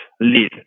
lead